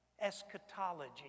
eschatology